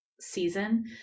season